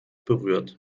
berührt